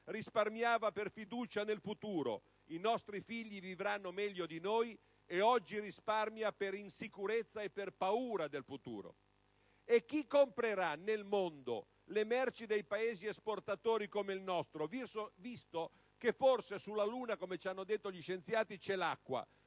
risparmiava per fiducia nel futuro - i nostri figli vivranno meglio di noi - e oggi risparmia per insicurezza e per paura del futuro. Chi comprerà nel mondo le merci dei paesi esportatori come il nostro, visto che sulla Luna forse c'è l'acqua, come ci hanno detto gli scienziati, ma